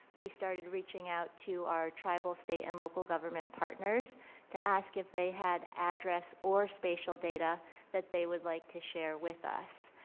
we started reaching out to our tribal, state and local government partners to ask if they had address or spatial data that they would like to share with us.